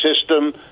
system